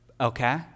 Okay